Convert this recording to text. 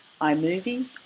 iMovie